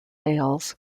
ales